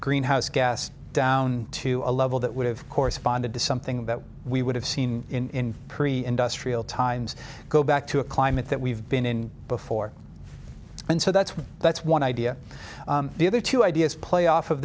greenhouse gas down to a level that would have corresponded to something that we would have seen in pre industrial times go back to a climate that we've been in before and so that's one that's one idea the other two ideas play off of